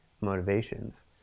motivations